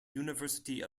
university